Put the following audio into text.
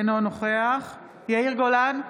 אינו נוכח יאיר גולן,